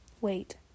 Wait